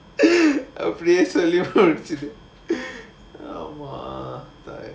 oh please என்ன மன்னிச்சுடு:enna mannichchidu